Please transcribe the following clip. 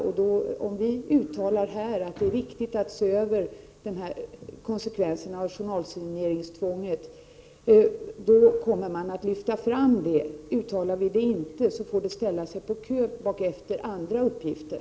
Om vi uttalar här att det är viktigt att se över konsekvenserna av journalsigneringstvånget, kommer dessa att lyftas fram. Om vi inte gör ett sådant uttalande, får denna uppgift vänta tills man är klar med andra uppgifter.